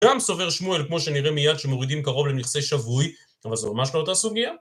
גם סובר שמואל כמו שנראה מיד כשמורידים קרוב לנכסי שבוי, אבל זה ממש לא אותה סוגייה.